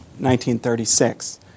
1936